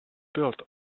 built